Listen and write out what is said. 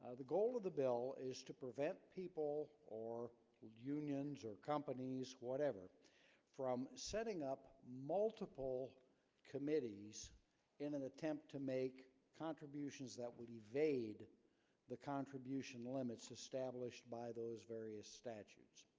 ah the goal of the bill is to prevent people or unions or companies whatever from setting up multiple committees in an attempt to make contributions that wouldive aid the contribution limits established by those various statutes,